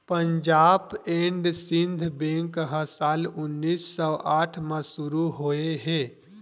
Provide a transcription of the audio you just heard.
Punjab and Sind bank ह साल उन्नीस सौ आठ म शुरू होए हे